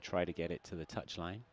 to try to get it to the touchline